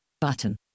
Button